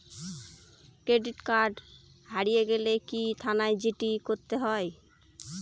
Credit card হারিয়ে গেলে কি থানায় জি.ডি করতে হয়?